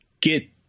get